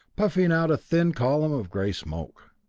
puffing out a thin column of gray smoke.